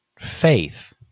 faith